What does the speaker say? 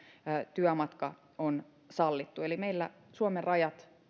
työmatka on sallittu eli meillä suomen rajat